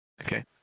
Okay